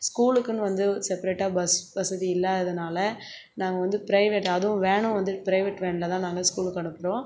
ஸ்கூலுக்குனு வந்து செப்ரேட்டாக பஸ் வசதி இல்லாதனால் நாங்கள் வந்து பிரைவேட் அதுவும் வேனும் வந்து பிரைவேட் வேனில் தான் நாங்கள் ஸ்கூலுக்கு அனுப்புகிறோம்